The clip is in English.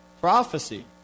Prophecy